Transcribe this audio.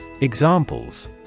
Examples